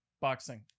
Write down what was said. boxing